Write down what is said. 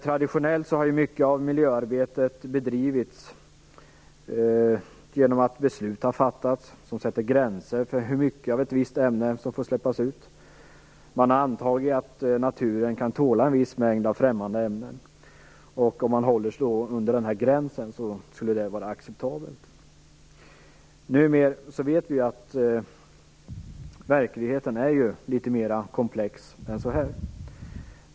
Traditionellt har ju mycket av miljöarbetet bedrivits genom att beslut har fattats om gränser för hur mycket av ett visst ämne som får släppas ut. Man har antagit att naturen kan tåla en viss mängd främmande ämnen. Om man då håller sig under denna gräns skulle det vara acceptabelt. Numera vet vi emellertid att verkligheten är litet mer komplex än så.